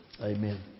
Amen